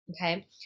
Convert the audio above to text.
okay